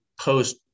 post-